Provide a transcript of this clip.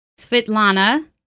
Svitlana